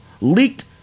leaked